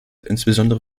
insbesondere